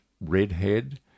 redhead